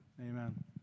Amen